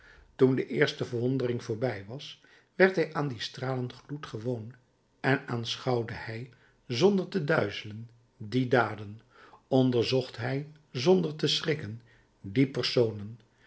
toen de eerste verwondering voorbij was werd hij aan dien stralengloed gewoon en aanschouwde hij zonder te duizelen die daden onderzocht hij zonder te schrikken die personen